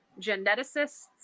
geneticists